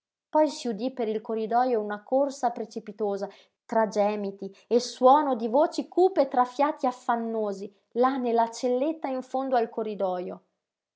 si udí per il corridojo una corsa precipitosa tra gemiti e suono di voci cupe tra fiati affannosi là nella celletta in fondo al corridojo